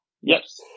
Yes